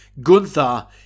Gunther